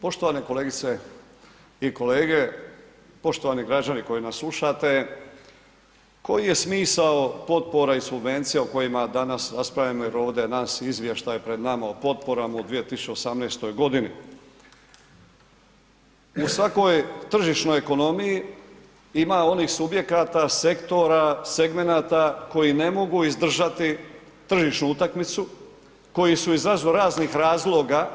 Poštovane kolegice i kolege, poštovani građani koji nas slušate, koji je smisao potpora i subvencija o kojima danas raspravljamo jer ovdje ... izvještaj pred nama o potporama u 2018. g. U svakoj tržišnoj ekonomiji ima onih subjekata, sektora, segmenata koji ne mogu izdržati tržišnu utakmicu koji su iz raznoraznih razloga